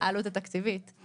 לחוק התכנית לסיוע כלכלי (נגיף הקורונה החדש)